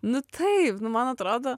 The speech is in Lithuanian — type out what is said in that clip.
nu taip nu man atrodo